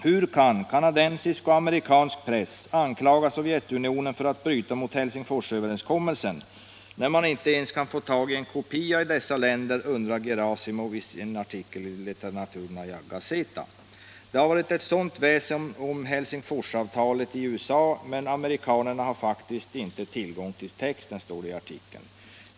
Hur kan kandensisk och amerikansk press ”anklaga Sovjetunionen för att bryta mot Helsingforsöverenskommelsen” när man inte ens kan få tag på en kopia i dessa länder, undrar Gerasimov i en artikel i Literaturnaja Gazeta. Det har varit ett sådant väsen om Helsingforsavtalet i USA ”men amerikanerna har faktiskt inte tillgång till texten”.